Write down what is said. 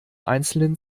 einzelnen